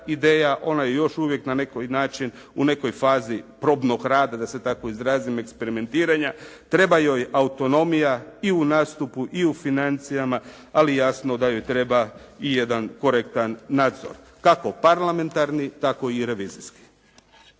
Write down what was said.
Ona je još uvijek na neki način, u nekoj fazi probnog rada da se tako izrazim, eksperimentiranja. Treba joj autonomija i u nastupu i u financijama, ali jasno da joj treba i jedan korektan nadzor, kako parlamentarni tako i revizijski.